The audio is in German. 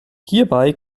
hierbei